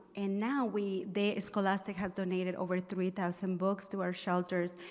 and now we the scholastica has donated over three thousand books to our shelters.